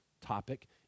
topic